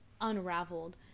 unraveled